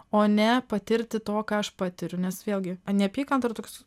o ne patirti to ką aš patiriu nes vėlgi neapykanta yra toks